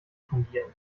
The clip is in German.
fungieren